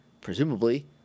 presumably